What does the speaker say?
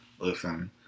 Listen